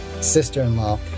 sister-in-law